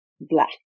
black